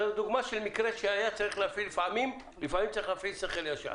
זו דוגמה למקרה שהיה צריך להפעיל לפעמים צריך להפעיל שכל ישר,